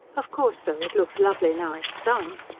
of course, though, it looks lovely now it's done.